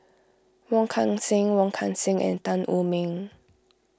Wong Kan Seng Wong Kan Seng and Tan Wu Meng